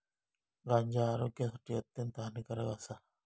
गांजा आरोग्यासाठी अत्यंत हानिकारक आसा